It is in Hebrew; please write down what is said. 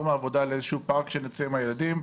מהעבודה לאיזשהו פארק שנצא עם הילדים.